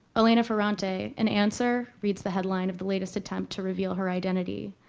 elena ferrante, an answer, reads the headline of the latest attempt to reveal her identity.